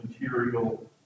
material